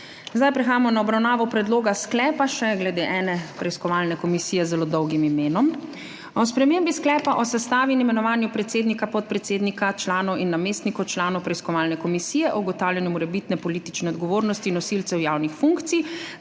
Prehajamo na obravnavo predloga sklepa glede še ene preiskovalne komisije z zelo dolgim imenom, Predloga sklepa o spremembi Sklepa o sestavi in imenovanju predsednika, podpredsednika, članov in namestnikov članov Preiskovalne komisije o ugotavljanju morebitne politične odgovornosti nosilcev javnih funkcij